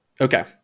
okay